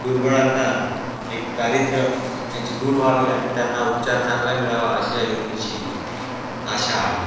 दुर्बलांना एक दारिद्र त्यांचे दूर व्हावे आणि त्यांना उपचार चांगला मिळावा अशी या योजनेची आशा आहे